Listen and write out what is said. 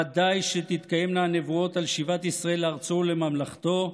ודאי שתתקיימנה הנבואות על שיבת ישראל לארצו ולממלכתו,